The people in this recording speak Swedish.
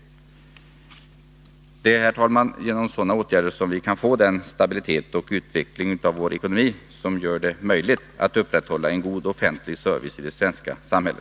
Det är, herr talman, genom sådana åtgärder vi kan få den stabilitet och utveckling av vår ekonomi som gör det möjligt att upprätthålla en god offentlig service i det svenska samhället.